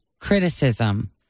criticism